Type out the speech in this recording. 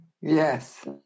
Yes